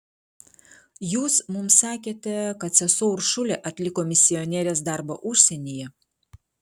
jūs mums sakėte kad sesuo uršulė atliko misionierės darbą užsienyje